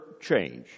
change